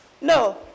No